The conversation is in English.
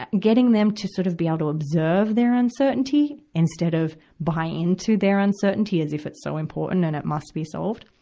and getting them to sort of be able to observe their uncertainty, instead of buy into their uncertainty as if it's so important and it must be solved.